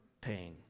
pain